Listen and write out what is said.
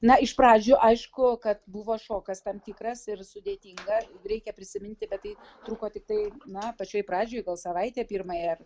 na iš pradžių aišku kad buvo šokas tam tikras ir sudėtinga reikia prisiminti kad tai truko tiktai na pačioj pradžioj gal savaitę pirmąjį ar